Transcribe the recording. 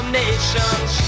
nations